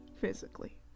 physically